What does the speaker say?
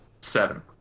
seven